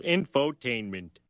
Infotainment